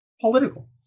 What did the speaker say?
political